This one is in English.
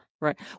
Right